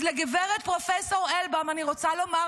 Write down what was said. אז לגב' פרופ' אלבאום אני רוצה לומר,